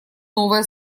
новое